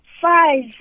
Five